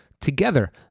Together